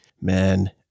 man